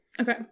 Okay